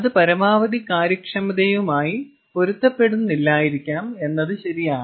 അത് പരമാവധി കാര്യക്ഷമതയുമായി പൊരുത്തപ്പെടുന്നില്ലായിരിക്കാം എന്നത് ശരിയാണ്